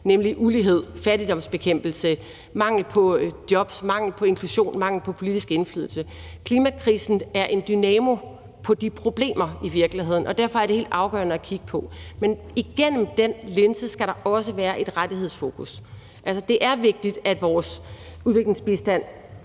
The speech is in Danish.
nemlig ulighed, fattigdom, mangel på jobs, mangel på inklusion og mangel på politisk indflydelse. Klimakrisen er i virkeligheden en dynamo på de problemer, og derfor er det helt afgørende at kigge på det. Men igennem den linse skal der også være et rettighedsfokus. Altså, det er vigtigt, at vores udviklingsbistand